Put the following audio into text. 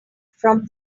from